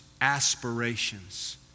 aspirations